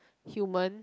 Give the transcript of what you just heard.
human